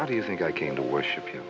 how do you think i came to worship you